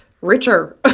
richer